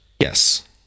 Yes